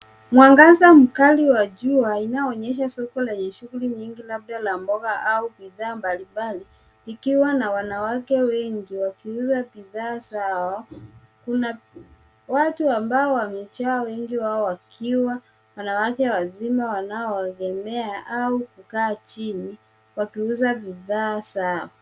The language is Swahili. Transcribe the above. Mwangaza mkali wa jua inayoonyesha soko lenye shughuli nyingi, labda la mboga au bidhaa mbalimbali ikiwa na wanawake wengi wakiuza bidhaa zao. Kuna watu ambao wamejaa, wengi wao wakiwa wanawake wazima wanaotembea au kukaa chini wakiuza bidhaa zao.